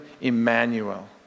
Emmanuel